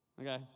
okay